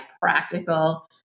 practical